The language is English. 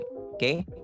okay